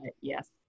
yes